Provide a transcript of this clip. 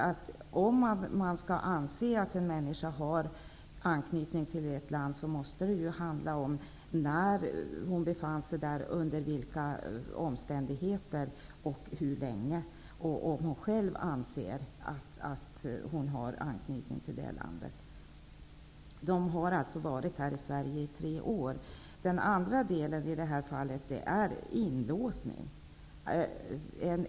Om man skall anse att en människa har anknytning till ett land måste man se till när hon befann sig där, under vilka omständigheter och hur länge samt om hon själv anser att hon har anknytning till detta land. I detta fall har de varit här i Sverige i tre år. Den andra frågan i det här fallet gäller inlåsning.